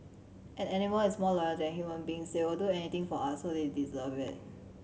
an animal is more loyal than human beings they will do anything for us so they deserve it